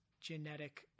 genetic